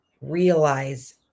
realize